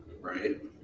Right